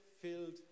filled